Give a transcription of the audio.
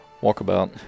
walkabout